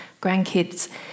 grandkids